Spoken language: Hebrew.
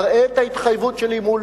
אראה את ההתחייבות שלי מול